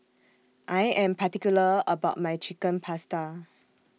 I Am particular about My Chicken Pasta